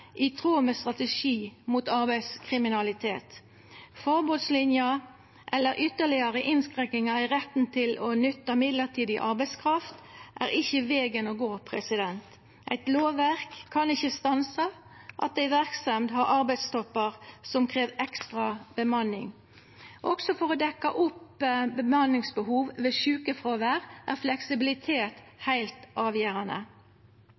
i tråd med Strategi mot arbeidslivskriminalitet. Forbodslinja eller ytterlegare innskrenkingar i retten til å nytta mellombels arbeidskraft er ikkje vegen å gå. Eit lovverk kan ikkje stansa at ei verksemd har arbeidstoppar som krev ekstra bemanning. Også for å dekkja opp bemanningsbehov ved sjukefråvær er fleksibilitet heilt avgjerande.